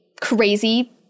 crazy